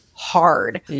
hard